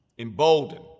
emboldened